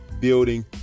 building